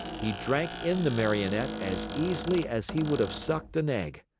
he drank in the marionette as easily as he would have sucked an egg.